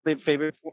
favorite